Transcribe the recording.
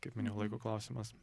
kaip minėjau laiko klausimas